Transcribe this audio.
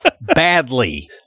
badly